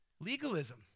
Legalism